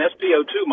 SpO2